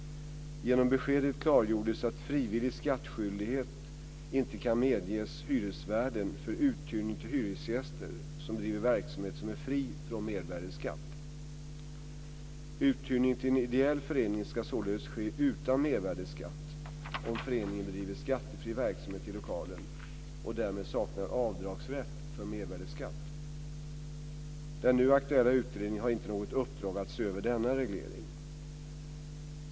Den nu aktuella utredningen har inte något uppdrag att se över denna reglering.